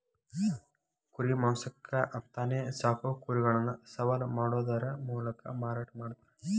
ಕುರಿ ಮಾಂಸಕ್ಕ ಅಂತಾನೆ ಸಾಕೋ ಕುರಿಗಳನ್ನ ಸವಾಲ್ ಮಾಡೋದರ ಮೂಲಕ ಮಾರಾಟ ಮಾಡ್ತಾರ